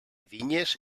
vinyes